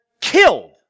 killed